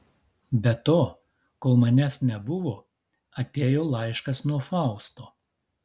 be to kol manęs nebuvo atėjo laiškas nuo fausto